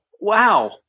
wow